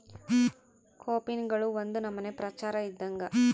ಕೋಪಿನ್ಗಳು ಒಂದು ನಮನೆ ಪ್ರಚಾರ ಇದ್ದಂಗ